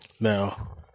Now